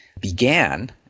began